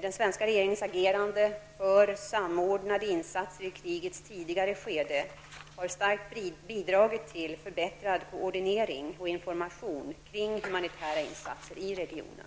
Den svenska regeringens agerande för samordnande insatser i krigets tidigare skede har starkt bidragit till förbättrad koordinering och information kring humanitära insatser i regionen.